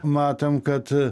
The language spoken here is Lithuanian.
matom kad